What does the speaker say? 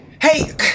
Hey